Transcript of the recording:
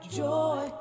joy